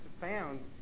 found